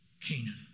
Canaan